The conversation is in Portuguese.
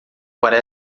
para